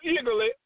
eagerly